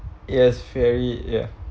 yes ferry ya